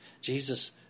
Jesus